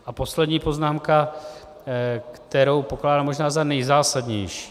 A poslední poznámka, kterou pokládám možná za nejzásadnější.